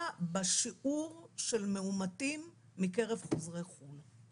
בשיעור של מאומתים מקרב חוזרי חו"ל.